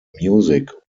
music